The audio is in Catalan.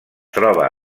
troba